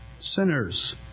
sinners